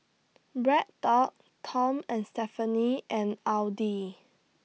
BreadTalk Tom and Stephanie and Audi